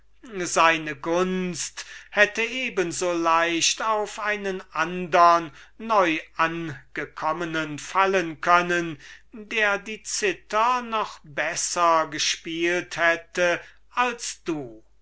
seine gunst hätte eben so leicht auf einen andern neuangekommenen fallen können der die cither noch besser gespielt hätte als du